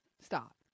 Stop